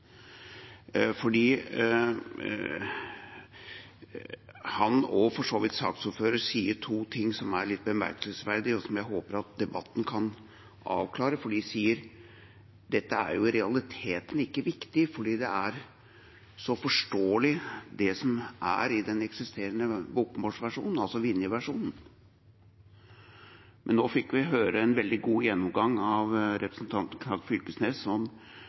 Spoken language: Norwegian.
fordi han, og for så vidt saksordføreren, sier flere ting som er litt bemerkelsesverdige, og som jeg håper debatten kan avklare. De sier at dette i realiteten ikke er viktig fordi det er så forståelig det som er i den eksisterende bokmålsversjonen, altså Vinje-versjonen. Men nå fikk vi høre en veldig god gjennomgang av representanten Knag Fylkesnes